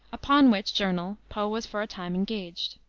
upon which journal poe was for a time engaged.